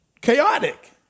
chaotic